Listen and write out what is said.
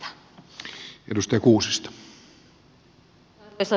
arvoisa puhemies